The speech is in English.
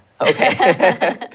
Okay